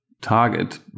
target